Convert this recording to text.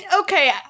okay